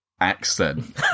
accent